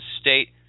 State